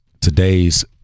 today's